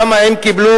כמה הם קיבלו.